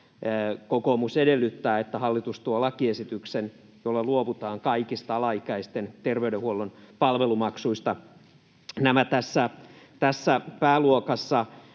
kokoomus edellyttää, että hallitus tuo lakiesityksen, jolla luovutaan kaikista alaikäisten terveydenhuollon palvelumaksuista. Nämä ovat tässä pääluokassa